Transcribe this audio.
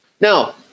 Now